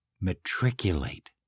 matriculate